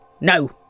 No